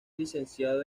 licenciado